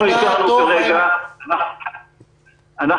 -- אנחנו